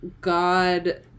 God